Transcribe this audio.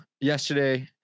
yesterday